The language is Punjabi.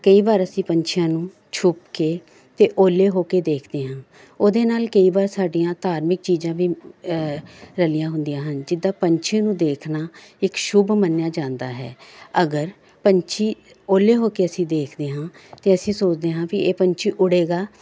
ਕਈ ਵਾਰ ਅਸੀਂ ਪੰਛੀਆਂ ਨੂੰ ਛੁੱਪ ਕੇ ਅਤੇ ਓਹਲੇ ਹੋ ਕੇ ਦੇਖਦੇ ਹਾਂ ਉਹਦੇ ਨਾਲ ਕਈ ਵਾਰ ਸਾਡੀਆਂ ਧਾਰਮਿਕ ਚੀਜ਼ਾਂ ਵੀ ਰਲੀਆਂ ਹੁੰਦੀਆਂ ਹਨ ਜਿੱਦਾਂ ਪੰਛੀ ਨੂੰ ਦੇਖਣਾ ਇੱਕ ਸ਼ੁਭ ਮੰਨਿਆ ਜਾਂਦਾ ਹੈ ਅਗਰ ਪੰਛੀ ਓਹਲੇ ਹੋ ਕੇ ਅਸੀਂ ਦੇਖਦੇ ਹਾਂ ਅਤੇ ਅਸੀਂ ਸੋਚਦੇ ਹਾਂ ਵੀ ਇਹ ਪੰਛੀ ਉਡੇਗਾ